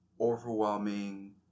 overwhelming